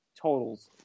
totals